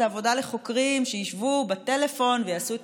זאת עבודה לחוקרים שישבו בטלפון ויעשו את